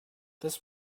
this